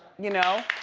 you know.